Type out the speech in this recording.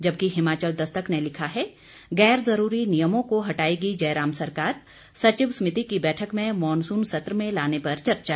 जबकि हिमाचल दस्तक ने लिखा है गैर जरूरी नियमों को हटाएगी जयराम सरकार सचिव समिति की बैठक में मॉनसून सत्र में लाने पर चर्चा